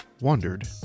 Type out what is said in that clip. wondered